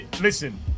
Listen